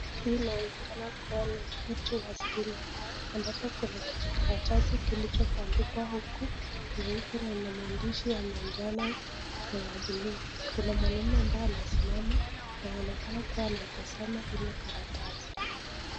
Hii inaonekana kuwa ni mtu wa stima, ambapo kijikaratasi kilicho bandikwa huku nyeupe na ina maandishi ya manjano na ya blue ,luna mwanaume ambaye anasimama, anaonekana kuwa anaitazama hilo karatasi.